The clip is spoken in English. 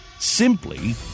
simply